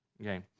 okay